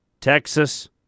Texas